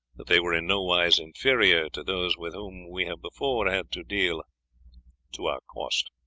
that they were in no wise inferior to those with whom we have before had to deal to our cost.